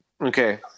okay